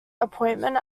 appointment